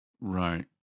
right